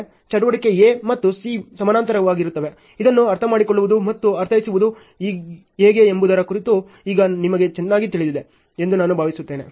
ಚಟುವಟಿಕೆ A ಮತ್ತು C ಸಮಾನಾಂತರವಾಗಿರುತ್ತವೆ ಇದನ್ನು ಅರ್ಥಮಾಡಿಕೊಳ್ಳುವುದು ಮತ್ತು ಅರ್ಥೈಸುವುದು ಹೇಗೆ ಎಂಬುದರ ಕುರಿತು ಈಗ ನಿಮಗೆ ಚೆನ್ನಾಗಿ ತಿಳಿದಿದೆ ಎಂದು ನಾನು ಭಾವಿಸುತ್ತೇನೆ